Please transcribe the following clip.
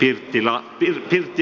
it tilattiin irti